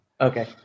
okay